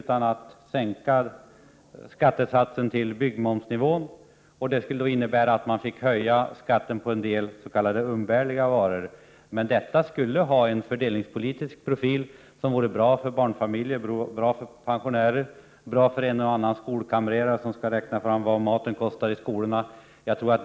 Vi vill sänka skattesatsen till byggmomsnivå, och det skulle innebära att man fick höja skatten på en del s.k. umbärliga varor. Detta skulle ha en fördelningspolitisk profil som vore bra för barnfamiljer och pensionärer och för en och annan skolkamrer som skall räkna fram vad maten i skolorna kostar.